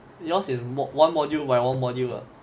yours is mo~ one module by one module lah